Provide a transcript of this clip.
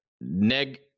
Neg